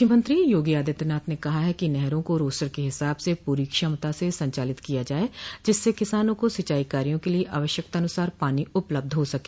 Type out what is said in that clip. मुख्यमंत्री योगी आदित्यनाथ ने कहा है कि नहरों को रोस्टर के हिसाब से पूरी क्षमता से संचालित किया जाये जिससे किसानों को सिंचाई कार्यो के लिये आवश्यकतानुसार पानी उपलब्ध हो सके